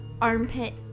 armpit